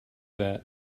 that